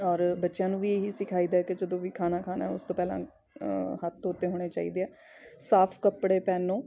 ਔਰ ਬੱਚਿਆਂ ਨੂੰ ਵੀ ਇਹ ਹੀ ਸਿਖਾਈ ਦਾ ਕਿ ਜਦੋਂ ਵੀ ਖਾਣਾ ਖਾਣਾ ਉਸ ਤੋਂ ਪਹਿਲਾਂ ਹੱਥ ਧੋਤੇ ਹੋਣੇ ਚਾਹੀਦੇ ਆ ਸਾਫ਼ ਕੱਪੜੇ ਪਹਿਨੋ